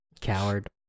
Coward